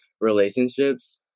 relationships